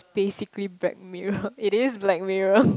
basically Black-Mirror it is Black-Mirror